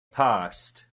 passed